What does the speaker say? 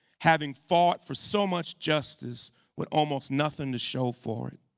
having thought for so much justice with almost nothing to show for it.